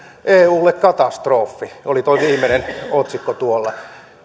eulle katastrofi se oli tuo viimeinen otsikko tuolla